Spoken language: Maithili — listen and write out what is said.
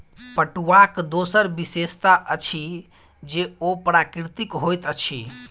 पटुआक दोसर विशेषता अछि जे ओ प्राकृतिक होइत अछि